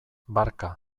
barka